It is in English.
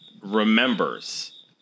remembers